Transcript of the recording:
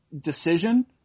decision